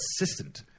assistant